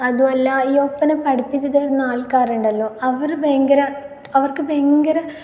അതുമല്ല വല്ല ഈ ഒപ്പന പഠിപ്പിച്ച് തരുന്ന ആൾക്കാരുണ്ടല്ലൊ അവർ ഭയങ്കര അവർക്ക് ഭയങ്കര